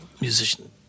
musician